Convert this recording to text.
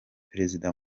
perezida